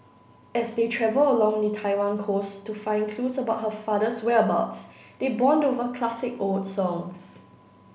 as they travel along the Taiwan coast to find clues about her father's whereabouts they bond over classic old songs